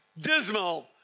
dismal